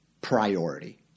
priority